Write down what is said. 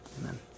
Amen